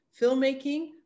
filmmaking